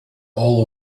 all